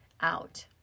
out